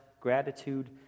gratitude